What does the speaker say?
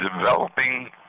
developing